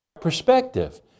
perspective